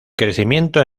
crecimiento